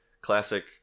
classic